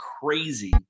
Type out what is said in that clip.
crazy